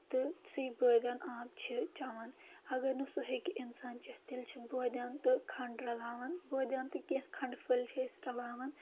تہٕ سُے بٲدیان آب چھِ چیٚوان اگر نہٕ سُہ ہیٚکہِ اِنسان چیٚتھ تیٚلہِ چھِ بٲدیان تہٕ کھَنٛڈ رَلاوان بٲدیان تہٕ کینٛہہ کھَنٛڈٕ پھٔلۍ چھِ أسۍ رَلاوان